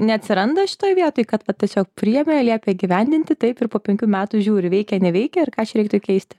neatsiranda šitoj vietoj kad va tiesiog priėmė liepė įgyvendinti taip ir po penkių metų žiūri veikia neveikia ir ką čia reiktų keisti